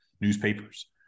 newspapers